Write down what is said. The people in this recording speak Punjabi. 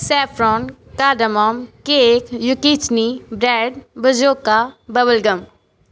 saffron cardamom cake zucchini bread bazooka bubblegum